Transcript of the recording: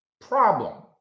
Problem